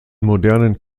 modernen